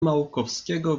małkowskiego